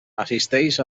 assisteix